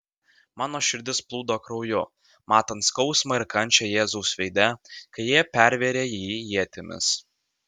mano širdis plūdo krauju matant skausmą ir kančią jėzaus veide kai jie pervėrė jį ietimis